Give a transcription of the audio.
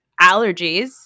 allergies